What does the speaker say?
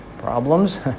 problems